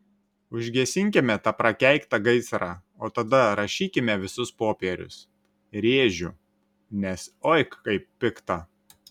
užgesinkime tą prakeiktą gaisrą o tada rašykime visus popierius rėžiu nes oi kaip pikta